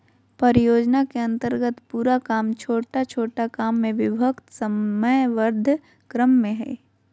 परियोजना के अन्तर्गत पूरा काम छोटा छोटा काम में विभक्त समयबद्ध क्रम में हइ